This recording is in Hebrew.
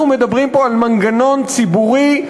אנחנו מדברים פה על מנגנון ציבורי,